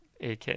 AK